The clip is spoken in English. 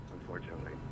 Unfortunately